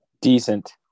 Decent